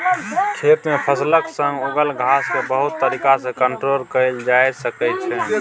खेत मे फसलक संग उगल घास केँ बहुत तरीका सँ कंट्रोल कएल जा सकै छै